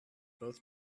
both